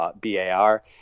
B-A-R